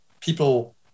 people